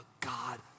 God